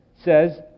says